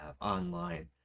Online